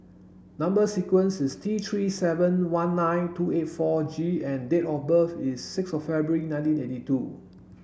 number sequence is T three seven one nine two eight four G and date of birth is six of February nineteen eighty two